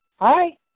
Hi